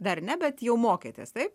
dar ne bet jau mokėtės taip